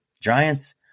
Giants